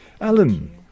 Alan